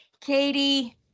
Katie